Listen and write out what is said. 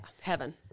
heaven